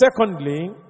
secondly